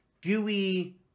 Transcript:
gooey